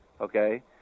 okay